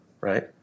Right